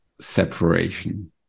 separation